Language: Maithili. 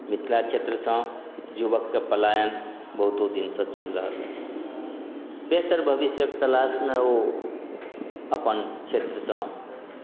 मिथिला क्षेत्रसँ युवकके पलायन बहुतो दिनसँ चलि रहल हँ बेहतर भविष्यक तलाशमे ओ अपन क्षेत्रसँ